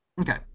Okay